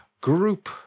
group